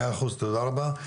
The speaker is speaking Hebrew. מאה אחוז, תודה רבה.